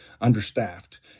understaffed